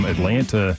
Atlanta